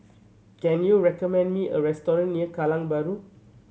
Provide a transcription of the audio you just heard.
can you recommend me a restaurant near Kallang Bahru